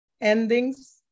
endings